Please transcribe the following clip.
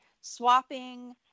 swapping